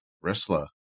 wrestler